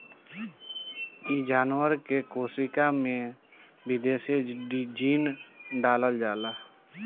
इ जानवर के कोशिका में विदेशी जीन डालल जाला